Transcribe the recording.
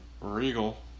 Regal